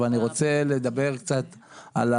יש לי